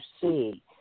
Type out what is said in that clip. see